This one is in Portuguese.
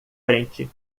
frente